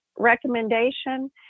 Recommendation